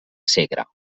segre